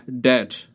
dead